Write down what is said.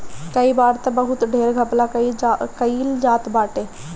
कई बार तअ बहुते ढेर घपला कईल जात बाटे